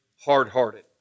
hard-hearted